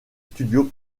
studios